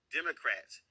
Democrats